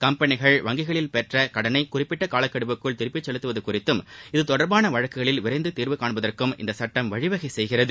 கம்பெளிகள் வங்கிகளில் பெற்ற கடனை குறிப்பிட்ட காலக்கெடுவுக்குள் திருப்பிச் செலுத்தவதும் குறித்தும் இது தொடர்பான வழக்குகளில் விரைந்து தீர்வு காண்பதற்கும் இந்த சட்டம் வழிவகை செய்கிறது